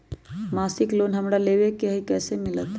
मासिक लोन हमरा लेवे के हई कैसे मिलत?